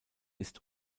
ist